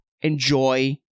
enjoy